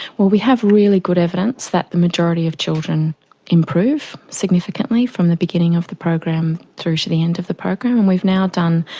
well, we have really good evidence that majority of children improve significantly from the beginning of the program through to the end of the program, and we've now done,